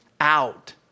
out